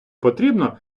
потрібно